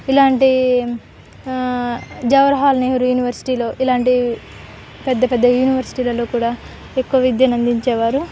ఇలాంటి జవహర్ లాల్ నెహ్రు యూనివర్సిటీలు ఇలాంటి పెద్ద పెద్ద యూనివర్సిటీలలో కూడా ఎక్కువ విద్యను అందించేవారు